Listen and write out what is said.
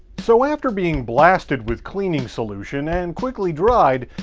so after being blasted with cleaning solution and quickly dried,